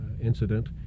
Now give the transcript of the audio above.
incident